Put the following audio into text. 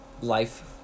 life